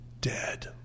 dead